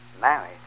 Married